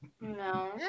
No